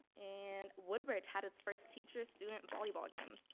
and woodbridge had its first teacher student volleyball game.